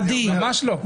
ממש לא.